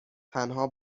تنها